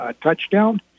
touchdown